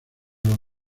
los